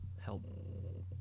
help